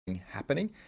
happening